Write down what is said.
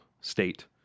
state